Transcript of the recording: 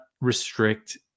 restrict